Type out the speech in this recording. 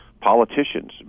politicians